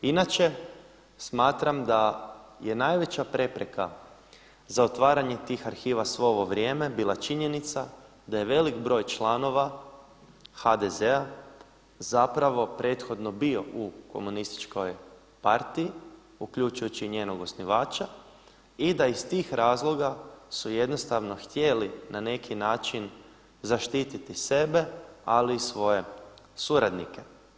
Inače smatram da je najveća prepreka za otvaranje tih arhiva svo ovo vrijeme bila činjenica da je velik broj članova HDZ-a prethodno bio u komunističkoj partiji, uključujući i njenog osnivača i da iz tih razloga su jednostavno htjeli na neki način zaštiti sebe, ali i svoje suradnike.